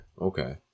okay